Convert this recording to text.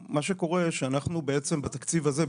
שאנחנו בעצם בתקציב הזה,